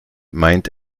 meint